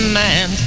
man